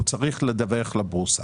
הוא צריך לדווח לבורסה.